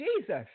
Jesus